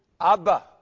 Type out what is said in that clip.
Abba